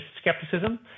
skepticism